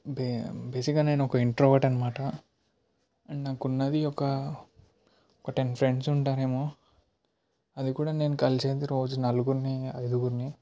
బే బేసిక్గా నేను ఒక ఇంట్రోవర్ట్ అన్నమాట అండ్ నాకు ఉన్నది ఒక ఒక టెన్ ఫ్రెండ్స్ ఉంటారేమో అది కూడా నేను కలిసేది రోజు నలుగురిని ఐదుగురిని